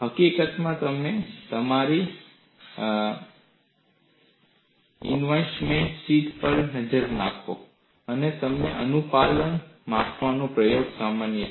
હકીકતમાં જો તમે તમારી અસાઇનમેન્ટ શીટ પર નજર નાખો છો તો તમને અનુપાલનના માપનના પ્રયોગથી સમસ્યા છે